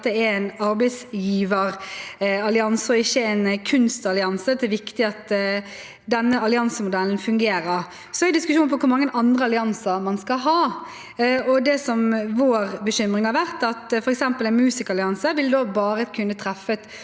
dette er en arbeidsgiverallianse og ikke en kunstallianse, at det er viktig at denne alliansemodellen fungerer. Så er det en diskusjon om hvor mange andre allianser man skal ha. Vår bekymring har vært at f.eks. en musikerallianse bare vil kunne treffe et